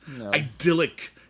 idyllic